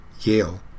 Yale